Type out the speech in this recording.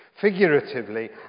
Figuratively